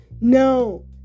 No